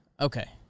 Okay